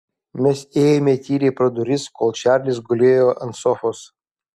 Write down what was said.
mes ėjome tyliai pro duris kol čarlis gulėjo ant sofos